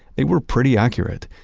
they were pretty accurate!